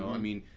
i mean,